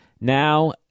Now